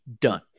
done